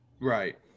Right